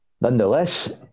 Nonetheless